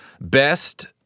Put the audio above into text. best